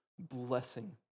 Blessing